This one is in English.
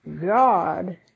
God